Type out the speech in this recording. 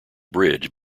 bridge